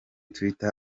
twitter